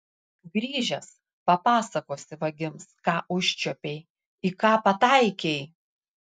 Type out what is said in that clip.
grįžęs papasakosi vagims ką užčiuopei į ką pataikei